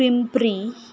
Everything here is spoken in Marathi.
पिंपरी